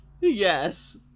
Yes